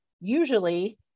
usually